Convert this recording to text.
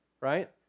right